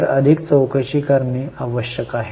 तर अधिक चौकशी करणे आवश्यक आहे